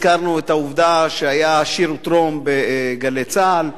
הזכרנו את העובדה שהיה "שירותרום" ב"גלי צה"ל",